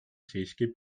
siiski